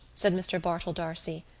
said mr. bartell d'arcy.